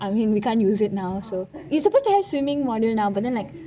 ya I mean we can't use it now so it's supposed to have swimming module now but then like